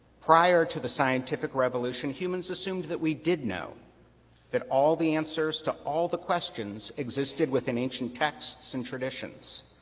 prior to the scientific revolution, humans assumed that we did know that all the answers to all the questions existed within ancient texts and traditions.